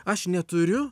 aš neturiu